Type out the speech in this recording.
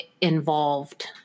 involved